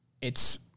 it's-